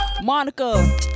Monica